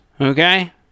Okay